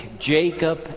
Jacob